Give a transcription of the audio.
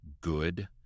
good